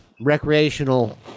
recreational